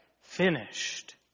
Finished